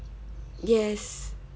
yes